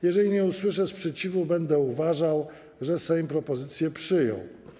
Jeżeli nie usłyszę sprzeciwu, będę uważał, że Sejm propozycję przyjął.